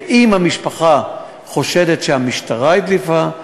אם המשפחה חושדת שהמשטרה הדליפה,